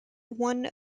one